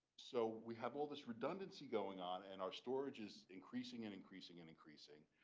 so we have all this redundancy going on. and our storage is increasing and increasing and increasing.